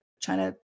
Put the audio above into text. china